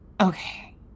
Okay